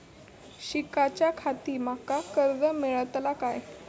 शिकाच्याखाती माका कर्ज मेलतळा काय?